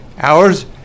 hours